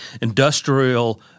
industrial